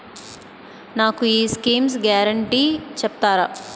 నాకు ఈ schemes guarantee చెప్తారా?